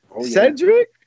Cedric